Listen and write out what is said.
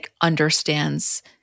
understands